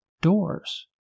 doors